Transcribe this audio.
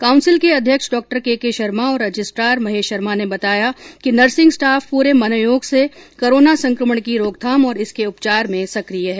council के अध्यक्ष डॉ के के शर्मा और रजिस्ट्रार महेश शर्मा ने बताया कि नर्सिंग स्टाफ पूरे मनोयोग से कोरोना संक्रमण की रोकथाम और इसके उपचार में सक्रिय है